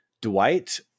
Dwight